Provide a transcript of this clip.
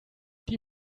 die